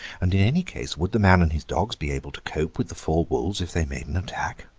and in any case would the man and his dogs be able to cope with the four wolves if they made an attack?